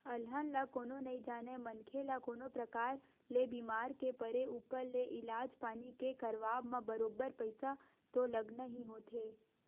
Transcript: अलहन ल कोनो नइ जानय मनखे ल कोनो परकार ले बीमार के परे ऊपर ले इलाज पानी के करवाब म बरोबर पइसा तो लगना ही होथे